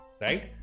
Right